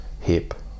hip